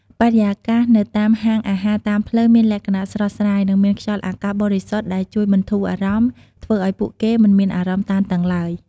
បរិយាកាសនៅតាមហាងអាហារតាមផ្លូវមានលក្ខណៈស្រស់ស្រាយ និងមានខ្យល់អាកាសបរិសុទ្ធដែលជួយបន្ធូរអារម្មណ៍ ធ្វើឲ្យពួកគេមិនមានអារម្មណ៍តានតឹងឡើយ។